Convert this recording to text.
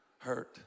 hurt